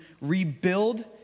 rebuild